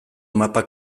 mapa